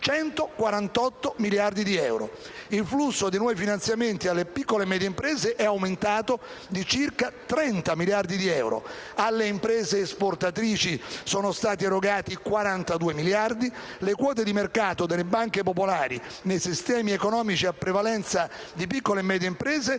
il flusso dei nuovi finanziamenti alle piccole e medie imprese è aumentato di circa 30 miliardi di euro; alle imprese esportatrici sono stati erogati 42 miliardi di euro. La quota di mercato delle banche popolari nei sistemi economici a prevalenza di piccole e medie imprese è del